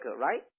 right